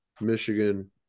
Michigan